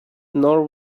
nor